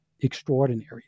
extraordinary